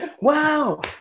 Wow